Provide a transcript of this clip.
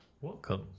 Welcome